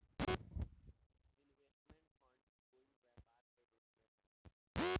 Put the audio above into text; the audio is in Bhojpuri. इन्वेस्टमेंट फंड कोई व्यापार के रूप में होला